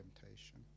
temptation